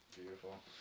Beautiful